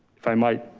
if i might,